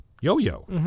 yo-yo